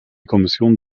kommission